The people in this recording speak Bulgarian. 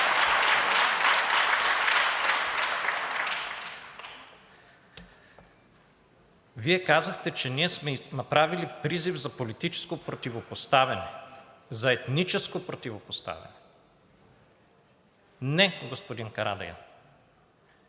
Вие казахте, че ние сме направили призив за политическо противопоставяне, за етническо противопоставяне. Не, господин Карадайъ,